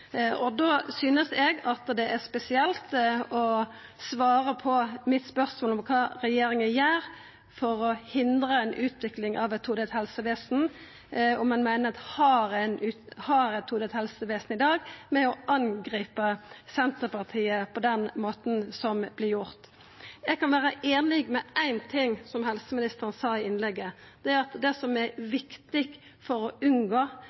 2013. Da synest eg det er spesielt å svare på mitt spørsmål om kva regjeringa gjer for å hindra utviklinga av eit todelt helsevesen, og om ein meiner at vi har eit todelt helsevesen i dag, med å angripa Senterpartiet på den måten som vert gjort her. Eg kan vera einig i ein ting helseministeren sa i innlegget, og det er at det som er viktig for å unngå